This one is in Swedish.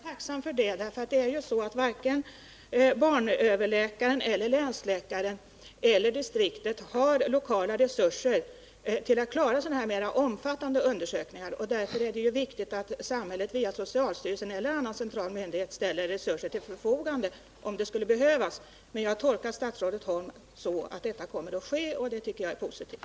Herr talman! Låt mig bara säga att jag är tacksam för det, för varken barnöverläkaren eller länsläkaren eller distriktet har lokala resurser för att genomföra sådana här mera omfattande undersökningar. Det är därför viktigt att samhället via socialstyrelsen eller annan central myndighet ställer resurser till förfogande, om det skulle behövas. Jag tolkar statsrådet Holms uttalande så att detta kommer att ske, och det tycker jag är positivt.